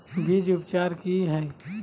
बीज उपचार कि हैय?